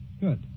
Good